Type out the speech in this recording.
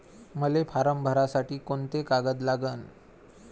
मले फारम भरासाठी कोंते कागद लागन?